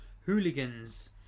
Hooligans